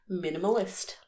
Minimalist